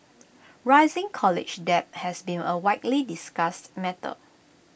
rising college debt has been A widely discussed matter